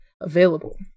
available